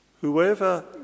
Whoever